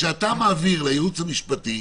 כשאתה מעביר לייעוץ המשפטי,